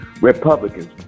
Republicans